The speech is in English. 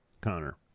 Connor